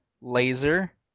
laser